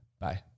Bye